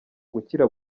gukira